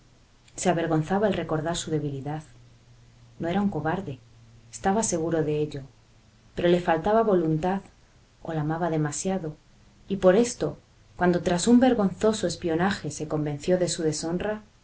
se avergonzaba al recordar su debilidad no era un cobarde estaba seguro de ello pero le faltaba voluntad o la amaba demasiado y por esto cuando tras un vergonzoso espionaje se convenció de su deshonra